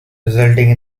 resulting